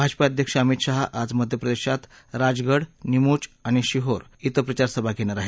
भाजपा अध्यक्ष अमित शहा आज मध्यप्रदेशात राजगड नीमूष आणि शिहोर क्वे प्रचारसभा घेणार आहेत